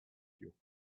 you